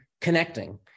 connecting